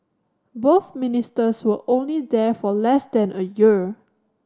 both Ministers were only there for less than a year